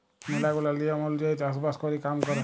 ম্যালা গুলা লিয়ম ওলুজায়ই চাষ বাস ক্যরে কাম ক্যরে